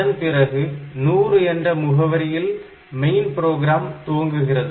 அதன் பிறகு 100 என்ற முகவரியில் மெயின் ப்ரோக்ராம் துவங்குகிறது